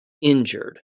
injured